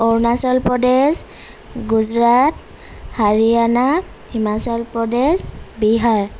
Arunachal Pradesh Gujarat Haryana Himachal Pradesh Bihar